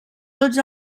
tots